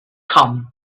come